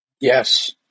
Yes